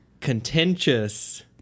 contentious